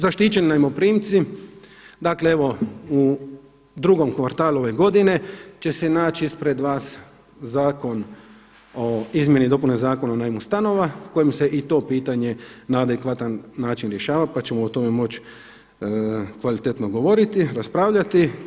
Zaštićeni najmoprimci, dakle evo u drugom kvartalu ove godine će se naći ispred vas Zakon o izmjeni i dopuni Zakona o najmu stanova kojim se i to pitanje na adekvatan način rješava pa ćemo o tome moći kvalitetno govoriti, raspravljati.